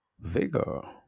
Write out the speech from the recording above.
Vigor